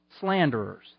slanderers